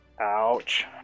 Ouch